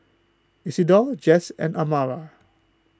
Isidor Jess and Amara